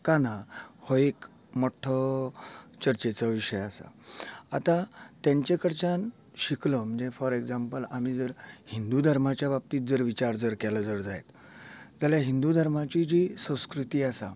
का ना हो एक मोठ्ठो चर्चेचो विशय आसा आता तेंचे कडच्यान शिकलो फॉर ऍग्जांपल आमी जर हिंदू धर्माच्या बाबतींत जर विचार जर केलो जायत जाल्या हिंदू धर्माची जी संस्कृती आसा